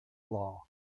law